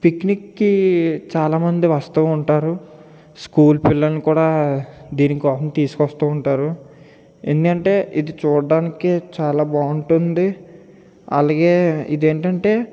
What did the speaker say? పిక్నిక్కి చాలామంది వస్తూ ఉంటారు స్కూల్ పిల్లల్ని కూడా దీని కొరకు తీసుకోస్తూ ఉంటారు ఏంటంటే ఇది చూడ్డానికి చాలా బాగుంటుంది అలాగే ఇదేంటంటే